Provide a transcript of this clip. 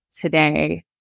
today